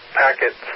packet